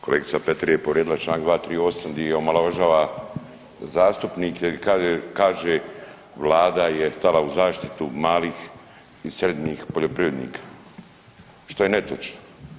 Kolegica Petir je povrijedila čl. 238. di omalovažava zastupnike, kaže Vlada je stala u zaštitu malih i srednjih poljoprivrednika, što je netočno.